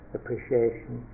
appreciation